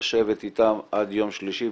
לשבת איתם עד יום שלישי,